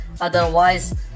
otherwise